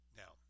now